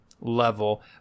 level